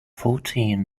fourteen